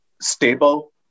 stable